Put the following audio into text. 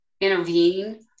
intervene